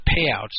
payouts